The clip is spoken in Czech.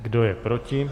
Kdo je proti?